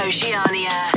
Oceania